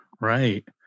Right